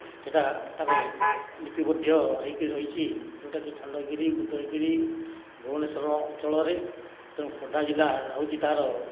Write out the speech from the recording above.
ସେଟା ତାର ଲିପିବଧ ହେଇକି ରହିଛି ଯେଉଁଟା କି ଖଣ୍ଡଗିରି ଉଦୟଗିରି ଭୁବନେଶ୍ୱର ଅଞ୍ଚଳରେ ତେଣୁ ଖୋର୍ଦ୍ଧା ଜିଲ୍ଲା ହେଉଛି ତା'ର